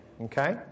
okay